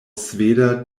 sveda